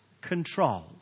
control